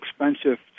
expensive